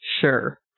Sure